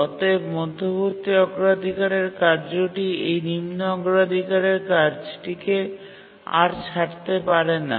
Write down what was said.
অতএব মধ্যবর্তী অগ্রাধিকারের কার্যটি এই নিম্ন অগ্রাধিকারের কাজটিকে আর ছাড়তে পারে না